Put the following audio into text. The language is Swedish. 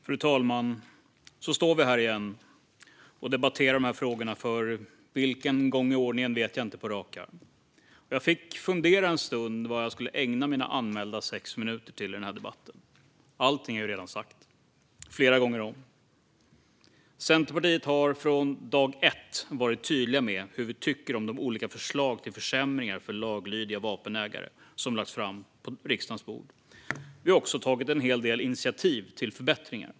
Fru talman! Så står vi här igen och debatterar dessa frågor - för vilken gång i ordningen vet jag inte på rak arm. Jag fick fundera en stund på vad jag skulle ägna mina anmälda sex minuter till i den här debatten. Allting är ju redan sagt, flera gånger om. Centerpartiet har från dag ett varit tydliga med hur vi tycker om de olika förslag till försämringar för laglydiga vapenägare som lagts på riksdagens bord. Vi har också tagit en hel del initiativ till förbättringar.